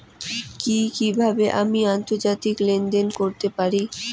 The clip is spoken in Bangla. কি কিভাবে আমি আন্তর্জাতিক লেনদেন করতে পারি?